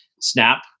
Snap